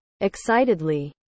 Excitedly